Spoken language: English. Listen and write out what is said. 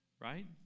right